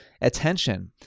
attention